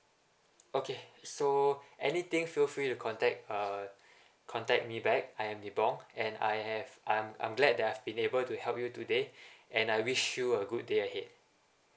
okay so anything feel free to contact uh contact me back I am nibong and I have I'm I'm glad that I've been able to help you today and I wish you a good day ahead